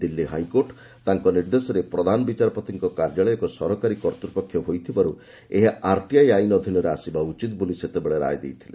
Delhi high court ତାଙ୍କ ନିର୍ଦ୍ଦେଶରେ ପ୍ରଧାନ ବିଚାରପତିଙ୍କ କାର୍ଯ୍ୟାଳୟ ଏକ ସରକାରୀ କର୍ତ୍ତୂପକ୍ଷ ହୋଇଥିବାରୁ ଏହା ଆର୍ଟିଆଇ ଆଇନ ଅଧୀନରେ ଆସିବା ଉଚିତ ବୋଲି ସେତେବେଳେ ରାୟ ଦେଇଥିଲେ